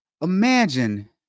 imagine